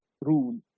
rule